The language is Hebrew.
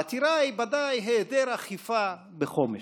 העתירה היא: היעדר אכיפה בחומש.